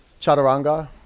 Chaturanga